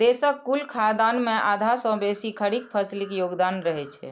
देशक कुल खाद्यान्न मे आधा सं बेसी खरीफ फसिलक योगदान रहै छै